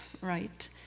right